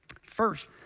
First